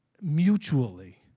mutually